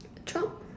truck